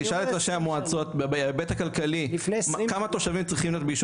תשאל את ראשי המועצות בהיבט הכלכלי כמה תושבים צריכים להיות ביישוב